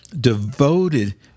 devoted